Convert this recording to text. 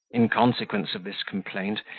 in consequence of this complaint,